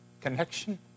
connection